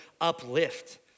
uplift